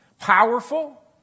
powerful